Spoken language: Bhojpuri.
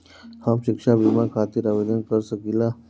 हम शिक्षा बीमा खातिर आवेदन कर सकिला?